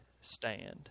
stand